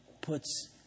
puts